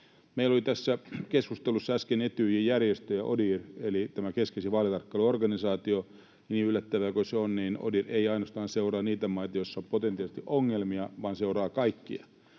Meillä oli tässä keskustelussa äsken Etyj-järjestö ja ODIHR eli tämä keskeisin vaalitarkkailuorganisaatio. Niin yllättävää kuin se on, ODIHR ei ainoastaan seuraa niitä maita, joissa on potentiaalisesti ongelmia, vaan se seuraa kaikkia.